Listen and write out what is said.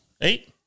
Eight